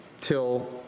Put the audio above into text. till